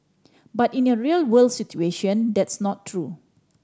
but in a real world situation that's not true